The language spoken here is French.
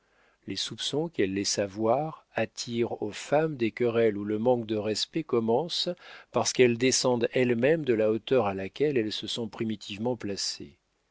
les soupçons qu'elle laissa voir attirent aux femmes des querelles où le manque de respect commence parce qu'elles descendent elles-mêmes de la hauteur à laquelle elles se sont primitivement placées